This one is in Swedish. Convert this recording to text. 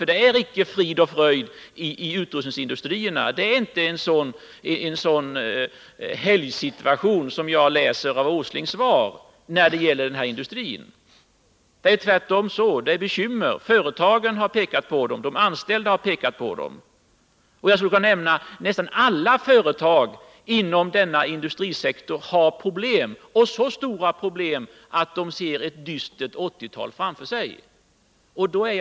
Allt är inte frid och fröjd i vårt land, och inom utrustningsindustrierna har man inte en sådan ”helgsituation” som jag av herr Åslings svar utläser att han tror att det är inom denna industri. Där finns tvärtom bekymmer, vilket har påpekats både av företagarna och av de anställda. Jag bedömer att nästan alla industriföretag inom denna sektor har så stora problem att de ser 1980-talet, som nu ligger framför oss, som ett dystert decennium.